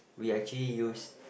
we actually used